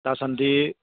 दासान्दि